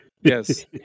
yes